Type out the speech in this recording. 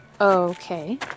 Okay